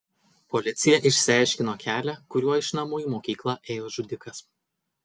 policija išsiaiškino kelią kuriuo iš namų į mokyklą ėjo žudikas